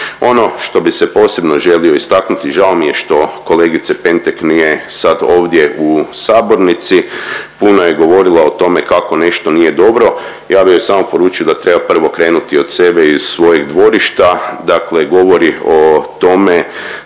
Ono što bih posebno želio istaknuti, žao mi je što kolegice Pentek nije sad ovdje u sabornici. Puno je govorila o tome kako nešto nije dobro. Ja bih joj samo poručio da prvo treba krenuti od sebe i svojeg dvorišta. Dakle, govori o tome,